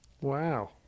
Wow